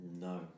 No